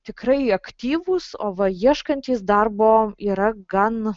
tikrai aktyvūs o va ieškantys darbo yra gan